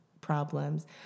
problems